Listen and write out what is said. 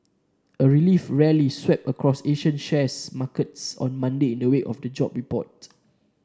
a relief rally swept across Asian share markets on Monday in the wake of the jobs report